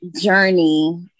journey